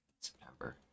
September